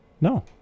No